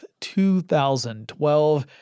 2012